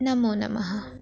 नमोनमः